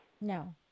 No